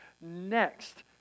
next